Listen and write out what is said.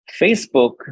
Facebook